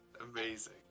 Amazing